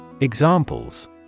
Examples